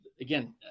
again